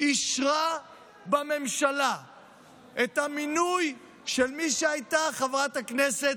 אישרה בממשלה את המינוי של מי שהייתה חברת הכנסת,